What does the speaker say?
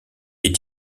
est